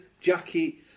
Jackie